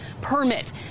permit